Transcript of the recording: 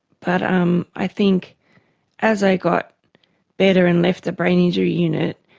but um i think as i got better and left the brain injury unit,